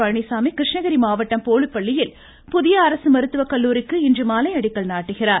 பழனிசாமி கிருஷ்ணகிரி மாவட்டம் போலுப்பள்ளியில் புதிய அரசு மருத்துவகல்லூரிக்கு இன்றுமாலை அடிக்கல் நாட்டுகிறார்